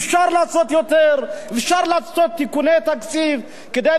אפשר לעשות תיקוני תקציב כדי לסייע לאותם אנשים.